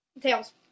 Tails